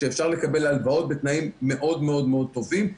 שאפשר לקבל הלוואות בתנאים מאוד מאוד מאוד טובים.